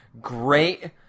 Great